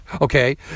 okay